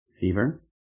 fever